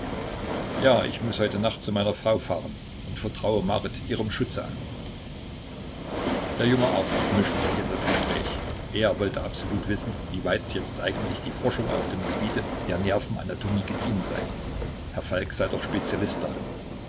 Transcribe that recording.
ja ich muß heut nacht zu meiner frau fahren und vertraue marit ihrem schutze an der junge arzt mischte sich in das gespräch er wollte absolut wissen wie weit jetzt eigentlich die forschung auf dem gebiete der nervenanatomie gediehen sei herr falk sei doch spezialist darin